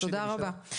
תודה רבה.